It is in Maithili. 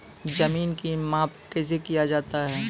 जमीन की माप कैसे किया जाता हैं?